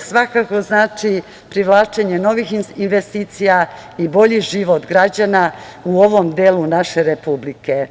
svakako znači privlačenje novih investicija i bolji život građana u ovom delu naše Republike.